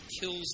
kills